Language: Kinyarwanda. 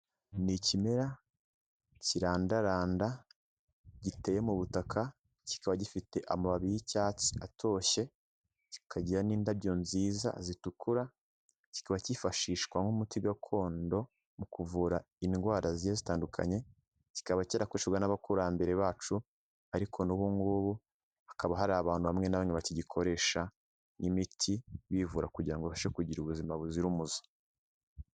Ni ikimera kirandaranda, giteye mu butaka, kikaba gifite amababi y'icyatsi atoshye, kikagira n'indabyo nziza zitukura, kikaba cyifashishwa nk'umuti gakondo mu kuvura indwara zigiye zitandukanye, kikaba cyarakoreshwaga n'abakurambere bacu ariko n'ubu ngubu hakaba hari abantu bamwe na bamwe bakigikoresha nk'imiti, bivura kugira ngo babashe kugira ubuzima buzira umuze.